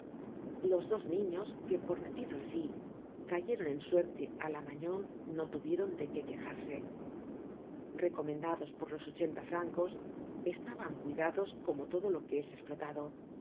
los dos niños que por decirlo asi cayeron en suerte á la magnon no tuvieron de qué quejarse recomendados por los ochenta francos estaban cuidados como todo lo que es esplotado